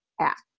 act